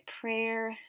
prayer